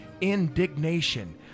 Indignation